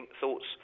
thoughts